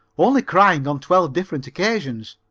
only crying on twelve different occasions.